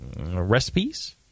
recipes